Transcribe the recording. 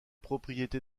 propriétés